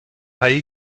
hai